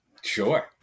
Sure